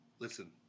Listen